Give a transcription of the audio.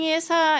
essa